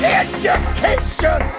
education